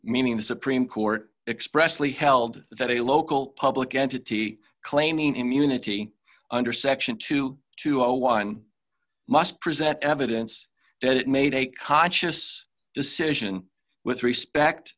meaning the supreme court expressly held that a local public entity claiming immunity under section two dollars to one must present evidence that made a conscious decision with respect